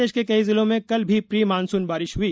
प्रदेश के कई जिलों में कल भी प्री मानसून बारिश हुई